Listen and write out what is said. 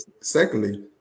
secondly